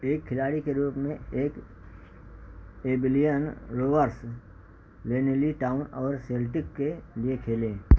एक खिलाड़ी के रूप में एक एबिलियन रोवर्स लेनेली टाउन और सेल्टिक के लिए खेले